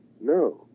No